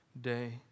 day